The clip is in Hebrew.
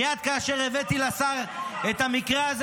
מייד לאחר מכן אני מודה